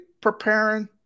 preparing